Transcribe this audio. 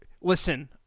Listen